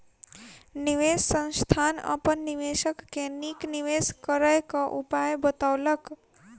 निवेश संस्थान अपन निवेशक के नीक निवेश करय क उपाय बतौलक